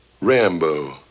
Rambo